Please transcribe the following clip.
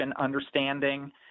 understanding